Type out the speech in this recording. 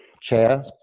chair